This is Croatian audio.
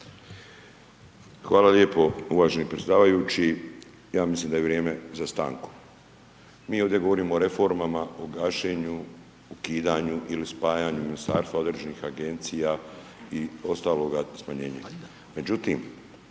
Hvala lijepo uvaženi predsjedavajući. Ja mislim da je vrijeme za stanku. Mi ovdje govorimo o reformama, o gašenju, ukidanju ili spajanju Ministarstva određenih Agencija i ostaloga smanjenje.